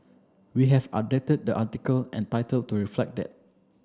we have updated the article and title to reflect that